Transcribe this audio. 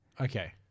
Okay